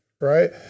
right